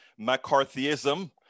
McCarthyism